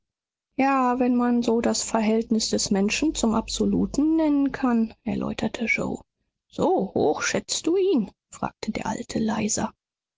ja wenn man so das verhältnis des menschen zum absoluten nennen kann erläuterte yoe so hoch schätzest du ihn fragte der alte leiser